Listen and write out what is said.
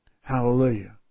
Hallelujah